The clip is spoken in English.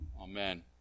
Amen